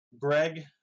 Greg